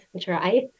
try